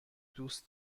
دوست